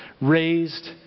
raised